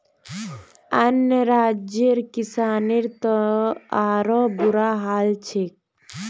अन्य राज्यर किसानेर त आरोह बुरा हाल छेक